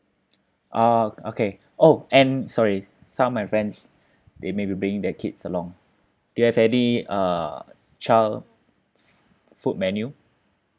uh okay oh and sorry some of my friends they maybe bringing their kids along you have any uh child food menu